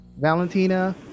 Valentina